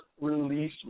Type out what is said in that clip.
release